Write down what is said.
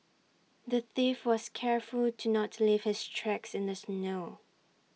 the thief was careful to not leave his tracks in the snow